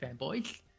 fanboys